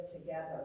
together